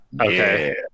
Okay